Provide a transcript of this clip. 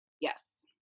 Yes